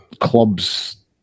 clubs